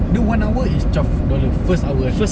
do one hour is twelve dollar first hour kan